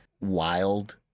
wild